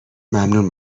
ممنون